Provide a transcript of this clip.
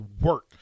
work